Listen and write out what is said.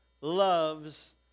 loves